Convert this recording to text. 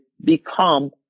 become